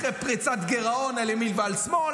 אחרי פריצת גירעון על ימין ועל שמאל,